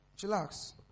Chillax